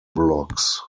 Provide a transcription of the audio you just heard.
blocks